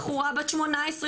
בחורה בת 18-19,